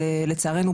לצערנו,